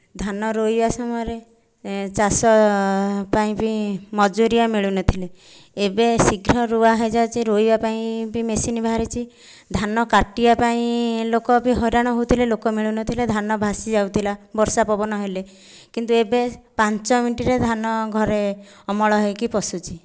ଧାନ ରୋଇବା ସମୟରେ ଚାଷ ପାଇଁ ବି ମଜୁରିଆ ମିଳୁନଥିଲେ ଏବେ ଶୀଘ୍ର ରୁଆ ହୋଇଯାଉଛି ରୋଇବା ପାଇଁ ବି ମେସିନ୍ ବାହାରିଛି ଧାନ କାଟିବା ପାଇଁ ଲୋକ ହଇରାଣ ହେଉଥିଲେ ଲୋକ ମିଳୁନଥିଲେ ଧାନ ଭାସି ଯାଉଥିଲା ବର୍ଷା ପବନ ହେଲେ କିନ୍ତୁ ଏବେ ପାଞ୍ଚ ମିନିଟ୍ରେ ଧାନ ଘରେ ଅମଳ ହୋଇକି ପଶୁଛି